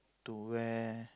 to where